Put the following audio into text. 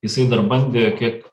jisai dar bandė kiek